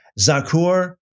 Zakur